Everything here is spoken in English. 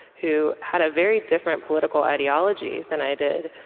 who had a very different political ideology than i did,